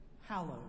hallowed